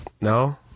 No